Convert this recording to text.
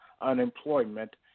unemployment